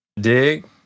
Dig